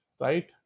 right